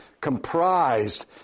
comprised